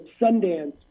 Sundance